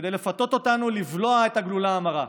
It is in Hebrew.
כדי לפתות אותנו לבלוע את הגלולה המרה.